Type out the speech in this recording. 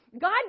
God